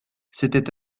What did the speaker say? s’était